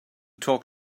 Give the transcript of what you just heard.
talk